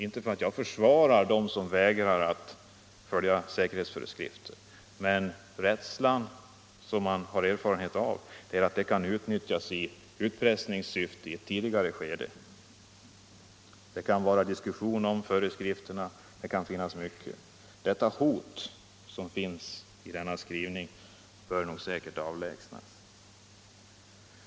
Inte för att jag försvarar dem som vägrar att följa säkerhetsföreskrifter, men rädslan för uppsägning kan — det har vi erfarenhet av — utnyttjas i utpressningssyfte i ett tidigare skede, t.ex. vid diskussioner om föreskrifter och i många andra sammanhang. Det hot som ligger i denna skrivning bör avlägsnas.